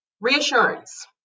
reassurance